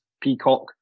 Peacock